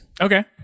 Okay